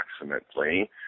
approximately